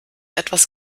etwas